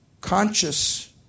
conscious